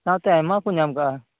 ᱥᱟᱶᱛᱮ ᱟᱭᱢᱟ ᱠᱚ ᱧᱟᱢ ᱟᱠᱟᱜᱼᱟ